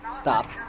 stop